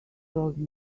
told